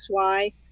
XY